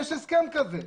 יש הסכם כתוב.